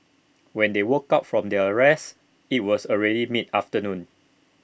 when they woke up from their rest IT was already mid afternoon